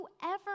whoever